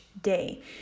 day